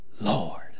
Lord